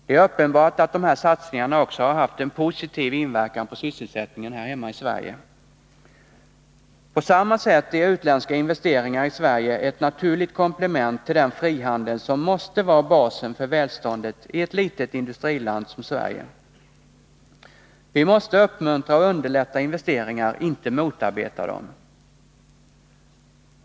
Det är uppenbart att dessa satsningar också har haft en positiv inverkan på sysselsättningen här hemma i Sverige. På samma sätt är utländska investeringar i Sverige ett naturligt komplement till den frihandel som måste vara basen för välståndet i ett litet industriland som Sverige. Vi måste uppmuntra och underlätta investeringar, inte motarbeta dem.